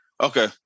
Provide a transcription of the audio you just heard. Okay